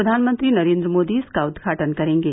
प्रधानमंत्री नरेन्द्र मोदी इसका उद्घाटन करेंगे